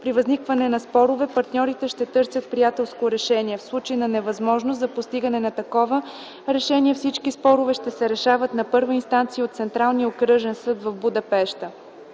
При възникване на спорове партньорите ще търсят приятелско решение. В случай на невъзможност за постигане на такова решение, всички спорове ще се решават на първа инстанция от Централния окръжен съд в Будапеща.